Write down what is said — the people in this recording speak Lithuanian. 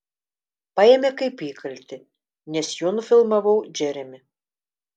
paėmė kaip įkaltį nes juo nufilmavau džeremį